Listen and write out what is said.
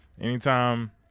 anytime